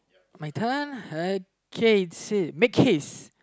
my turn okay make case